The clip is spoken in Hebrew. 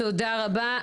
תודה רבה,